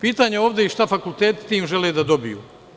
Pitanje je ovde i šta fakulteti žele time da dobiju?